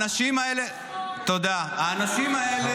נכון, נכון,